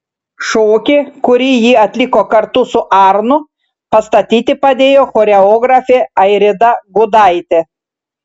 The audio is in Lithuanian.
šokį kurį jį atliko kartu su arnu pastatyti padėjo choreografė airida gudaitė